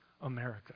America